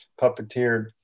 puppeteered